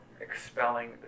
expelling